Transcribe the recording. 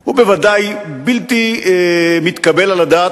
הוא בוודאי בלתי מתקבל על הדעת.